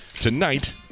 tonight